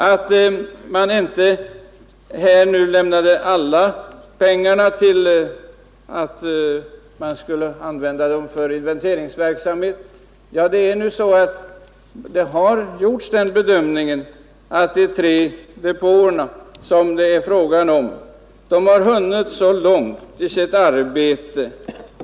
Att man inte nu lämnade alla pengarna att användas för inventeringsverksamhet beror på att man har gjort den bedömningen att de tre depåerna som det är fråga om har hunnit långt i sitt arbete.